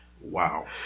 wow